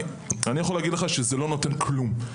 אני יכול להגיד לך שזה לא נותן כלום.